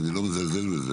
אני לא מזלזל בזה,